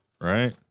Right